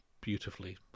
beautifully